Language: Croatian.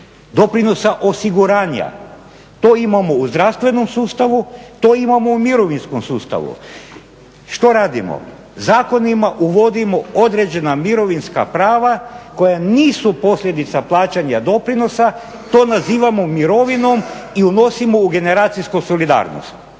doprinosa osiguranja. To imamo u zdravstvenom sustavu, to imamo u mirovinskom sustavu, što radimo? Zakonima uvodimo određena mirovinska prava koja nisu posljedica plaćanja doprinosa, to nazivamo mirovinom i unosimo u generacijsku solidarnost.